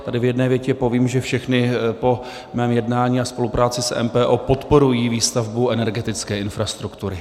Tady v jedné větě povím, že všechny po mém jednání a spolupráci s MPO podporují výstavbu energetické infrastruktury.